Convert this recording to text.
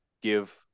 give